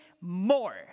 more